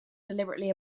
deliberately